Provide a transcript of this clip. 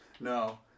no